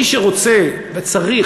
מי שרוצה וצריך,